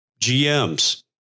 GMs